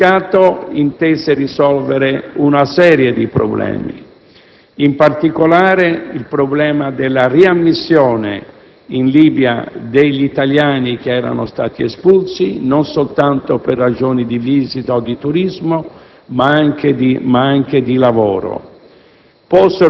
Quel comunicato intese risolvere una serie di problemi, in particolare il problema della riammissione in Libia degli italiani espulsi, non soltanto per ragioni di visita o di turismo, ma anche di lavoro.